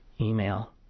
email